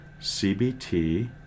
CBT